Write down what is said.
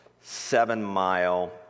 seven-mile